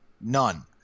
none